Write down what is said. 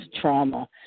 trauma